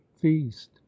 feast